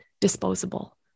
disposable